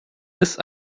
ist